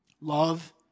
Love